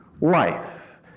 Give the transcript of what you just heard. life